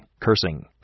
cursing